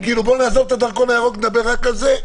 נעזוב את הדרכון הירוק ונדבר רק על זה?